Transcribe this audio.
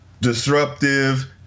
disruptive